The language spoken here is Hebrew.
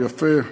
יפה,